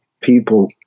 people